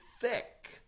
thick